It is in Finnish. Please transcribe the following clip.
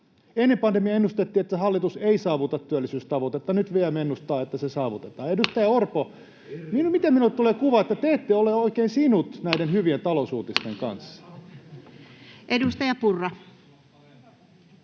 Ennen pandemiaa ennustettiin, että hallitus ei saavuta työllisyystavoitetta, ja nyt VM ennustaa, että se saavutetaan. Edustaja Orpo, miten minulle tulee kuva, että te ette ole oikein sinut näiden hyvien talousuutisten kanssa? Edustaja Purra.